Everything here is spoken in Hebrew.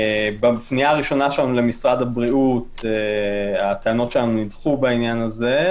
בפנייה הראשונה שלנו למשרד הבריאות הטענות שלנו נדחו בעניין הזה,